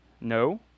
No